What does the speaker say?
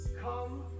come